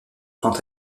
quant